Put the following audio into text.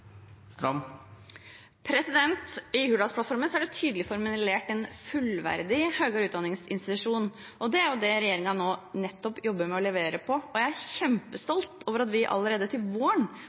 I Hurdalsplattformen er det tydelig formulert en fullverdig institusjon for høyere utdanning. Det er jo nettopp det regjeringen nå jobber med å levere på, og jeg er kjempestolt over at vi allerede til våren